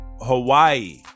Hawaii